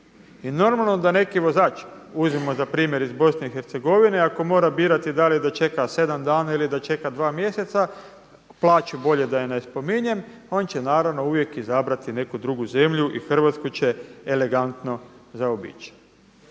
i normalno oda neki vozač, uzmimo za primjer iz BiH, ako mora birati da li da čeka sedam dana ili da čeka dva mjeseca, plaću bolje da i ne spominjem, on će naravno uvijek izabrati neku drugu zemlju i Hrvatsku će elegantno zaobići.